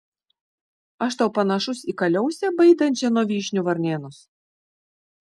aš tau panašus į kaliausę baidančią nuo vyšnių varnėnus